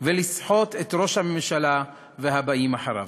ולסחוט את ראש הממשלה והבאים אחריו.